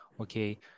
Okay